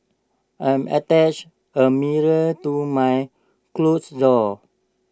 I'm attached A mirror to my closet door